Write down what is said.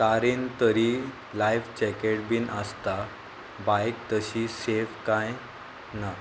कारेन तरी life jacket बीन आसता बायक तशी सेफ कांय ना